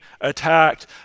attacked